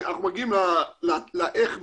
אנחנו מגיעים לאיך מיד.